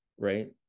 Right